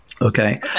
Okay